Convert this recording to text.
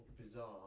bizarre